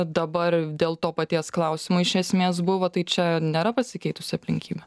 dabar dėl to paties klausimo iš esmės buvo tai čia nėra pasikeitusi aplinkybė